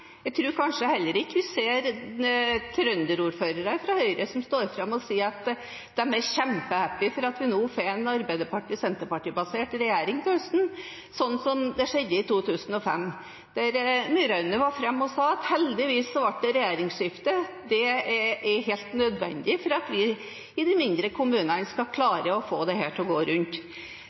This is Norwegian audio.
Jeg tror kanskje heller ikke vi ser trønderordførere fra Høyre som står fram og sier at de er kjempehappy for at vi nå får en Arbeiderparti–Senterparti-basert regjering til høsten, slik det skjedde i 2005, da tidligere representant Myraune var fremme og sa at heldigvis ble det regjeringsskifte, og at det var helt nødvendig for at de i de mindre kommunene skal klare å få dette til å gå rundt.